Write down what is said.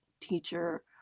teacher